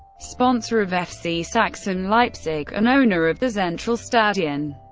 sponsor of fc sachsen leipzig and owner of the zentralstadion.